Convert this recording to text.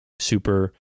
super